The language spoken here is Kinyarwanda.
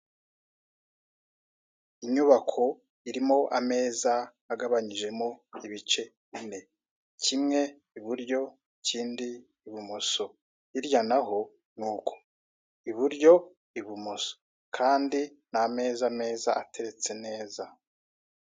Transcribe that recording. Inyubako irimo ameza agabanyijemo ibice bine, kimwe iburyo, ikindi ibumoso, hirya naho ni uko, iburyo, ibumoso, kandi ni ameza meza ateretse neza.